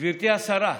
גברתי השרה.